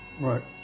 Right